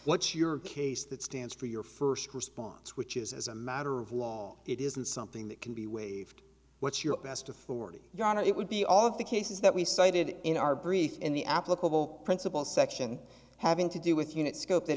what's your case that stands for your first response which is as a matter of law it isn't something that can be waived what's your best authority your honor it would be all of the cases that we cited in our brief in the applicable principles section having to do with unit s